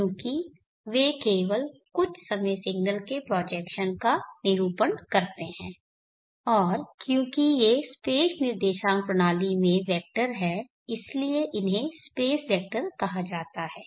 क्योंकि वे केवल कुछ समय सिग्नल के प्रोजेक्शन का निरूपण करते हैं और क्योंकि ये स्पेस निर्देशांक प्रणाली में वेक्टर हैं इसलिए इन्हें स्पेस वेक्टर कहा जाता है